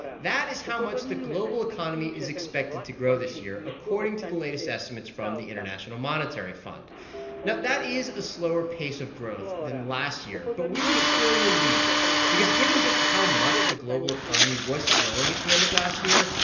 that is how much the global economy is expected to grow this year, according to the latest estimates from the international monetary fund now, that is a slower pace of growth than last year. but we were still relieved because given just how much the global economy was slowing at the end of last year,